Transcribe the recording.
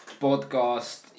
podcast